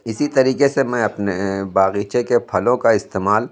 اسی طریقے سے میں اپنے باغیچے کے پھلوں کا استعمال